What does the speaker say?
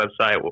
website